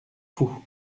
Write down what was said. fou